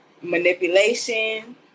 Manipulation